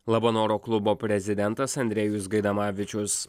labanoro klubo prezidentas andrejus gaidamavičius